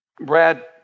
Brad